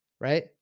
right